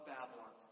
Babylon